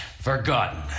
Forgotten